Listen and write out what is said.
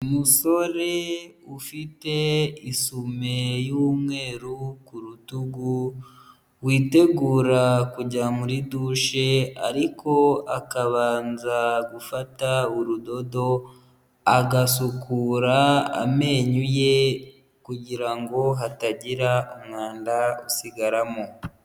Umusore ufite isume y'umweru ku rutugu, witegura kujya muri dushe ariko akabanza gufata urudodo agasukura amenyo ye, kugira ngo hatagira umwanda usigaramo.